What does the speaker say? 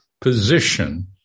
position